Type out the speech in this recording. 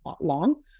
long